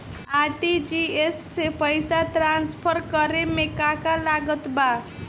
RTGS से पईसा transfer करे मे का का लागत बा?